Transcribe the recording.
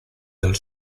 del